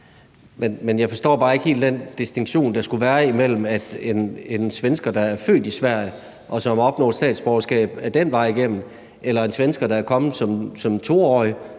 Jeg forstår bare ikke helt den distinktion, der skulle være mellem en svensker, der er født i Sverige og opnår statsborgerskab den vej igennem, og en svensker, der er kommet til Sverige